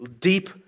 deep